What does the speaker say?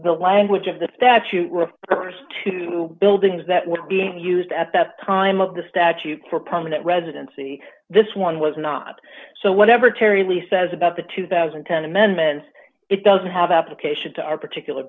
the language of the statute were st two buildings that were being used at that time of the statute for permanent residency this one was not so whatever terry lee says about the two thousand and ten amendments it doesn't have application to our particular